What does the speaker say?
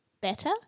better